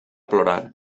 plorar